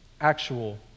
actual